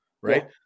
right